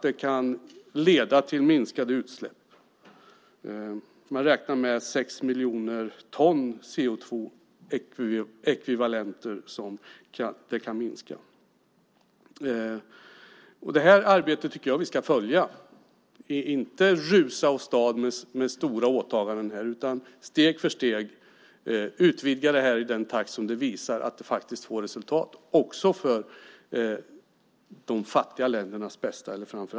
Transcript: Det kan leda till minskade utsläpp. Man räknar med att det kan minska med sex miljoner ton CO2-ekvivalenter. Det här arbetet ska vi följa, inte rusa åstad med stora åtaganden, utan steg för steg utvidga detta i den takt som visar att det ger resultat, framför allt för de fattiga ländernas bästa.